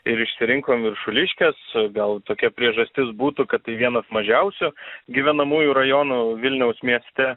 ir ištrinko viršuliškės o gal tokia priežastis būtų kad tai vienas mažiausių gyvenamųjų rajonų vilniaus mieste